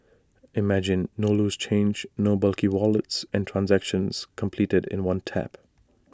imagine no loose change no bulky wallets and transactions completed in one tap